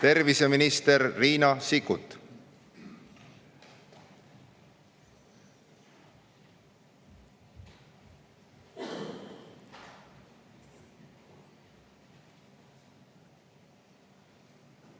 Terviseminister Riina Sikkut.